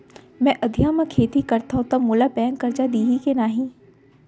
मैं अधिया म खेती करथंव त मोला बैंक करजा दिही के नही?